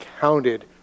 counted